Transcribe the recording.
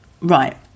Right